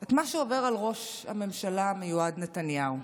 את מה שעובר על ראש הממשלה המיועד נתניהו.